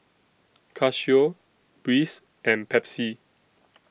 Casio Breeze and Pepsi